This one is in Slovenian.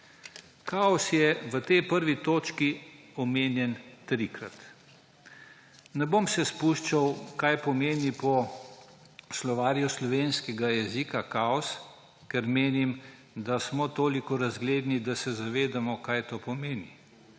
Kaos je v tej 1. točki omenjen trikrat. Ne bom se spuščal, kaj pomeni po slovarju slovenskega jezika kaos, ker menim, da smo toliko razgledni, da se zavedamo, kaj to pomeni.